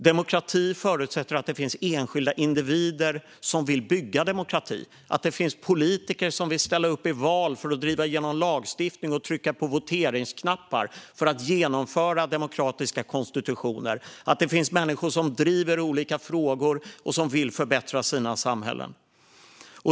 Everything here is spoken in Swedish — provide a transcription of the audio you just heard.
Demokrati förutsätter att det finns enskilda individer som vill bygga demokrati, att det finns politiker som vill ställa upp i val för att driva igenom lagstiftning och trycka på voteringsknappar för att genomföra demokratiska konstitutioner, att det finns människor som driver olika frågor och som vill förbättra sina samhällen.